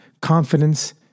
confidence